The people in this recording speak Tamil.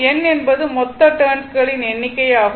N என்பது மொத்த டேர்ன்ஸ் களின் எண்ணிக்கை ஆகும்